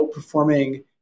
outperforming